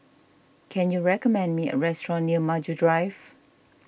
can you recommend me a restaurant near Maju Drive